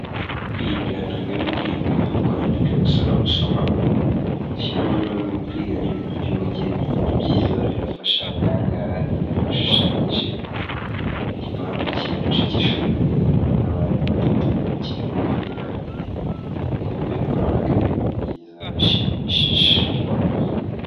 Kwiga ntabwo ari ukwiga kwandika gusa no gusoma, gushyiramo kwiga n'ibintu by'ubugeni, ni byiza birafasha, nk'aha ngaha twashushanyije, igipangu cyacu cy'ishuri, abana batatu bari gukina umupira, mbega urabona ko ari ibintu byiza, bishimishije.